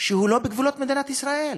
שהוא לא בגבולות מדינת ישראל,